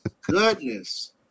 goodness